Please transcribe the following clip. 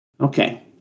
Okay